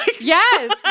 Yes